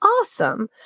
awesome